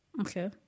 Okay